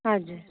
हजुर